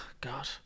God